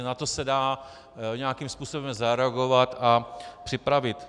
Na to se dá nějakým způsobem zareagovat a připravit.